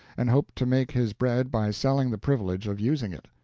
and hoped to make his bread by selling the privilege of using it.